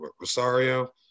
Rosario